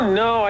no